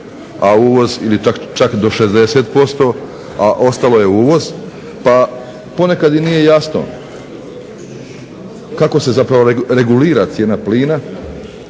a uvoz ili čak do 60%, a ostalo je uvoz, pa ponekad i nije jasno kako se zapravo regulira cijena plina